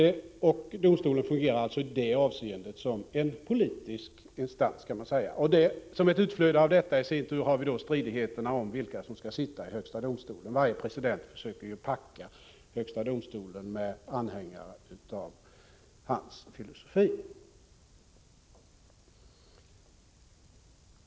Domstolen fungerar alltså i detta avseende som en politisk instans. Som ett utflöde av detta i sin tur har man stridigheter om vilka som skall sitta i Högsta domstolen. Varje president försöker packa Högsta domstolen med anhängare av sin filosofi.